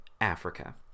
Africa